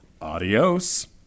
Adios